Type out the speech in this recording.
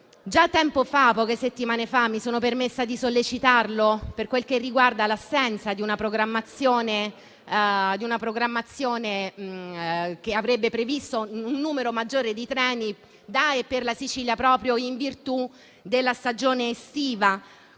Già tempo fa, poche settimane fa, mi sono permessa di sollecitarlo per quel che riguarda l'assenza di una programmazione: una programmazione che avrebbe dovuto prevedere un numero maggiore di treni da e per la Sicilia, proprio in virtù della stagione estiva.